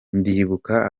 ndibuka